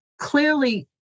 clearly